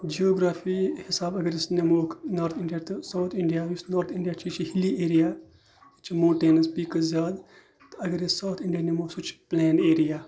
geography حِساب اگر أسۍ نِموکھ نارٕتھ اِنڈیا تہٕ سَاوُتھ اِنڈیا یُس نارٕتھ اِنڈیا چھِ یہِ چھِ ہِلی ایریا اَتہِ چھِ موٹینٕز پیٖکٕز زیادٕ تہٕ اگر أسۍ سَاوُتھ اِنڈیا نِمو سُہ چھِ پٕلین ایریا